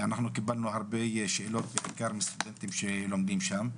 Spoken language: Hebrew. אנחנו קיבלנו הרבה שאלות בעיקר מסטודנטים שלומדים שם.